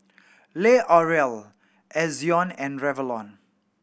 L'Oreal Ezion and Revlon